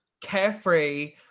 carefree